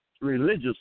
religious